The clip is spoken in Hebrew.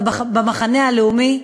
אתה במחנה הלאומי,